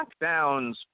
lockdowns